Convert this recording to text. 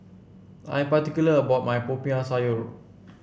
I'm particular about my Popiah Sayur